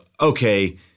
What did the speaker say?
okay